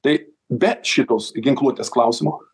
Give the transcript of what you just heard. tai be šitos ginkluotės klausimo